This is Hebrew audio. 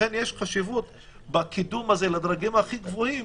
לכן, יש חשיבות בקידום הזה לדרגים הכי גבוהים